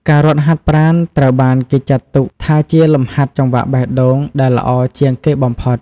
ការរត់ហាត់ប្រាណត្រូវបានគេចាត់ទុកថាជាលំហាត់ចង្វាក់បេះដូងដែលល្អជាងគេបំផុត។